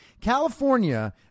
California